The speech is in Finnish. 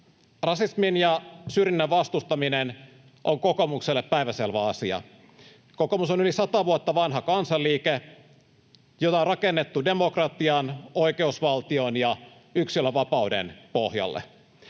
Rasismin ja syrjinnän vastustaminen on kokoomukselle päivänselvä asia. Kokoomus on yli sata vuotta vanha kansanliike, joka on rakennettu demokratian, oikeusvaltion ja yksilönvapauden pohjalle.